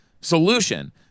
solution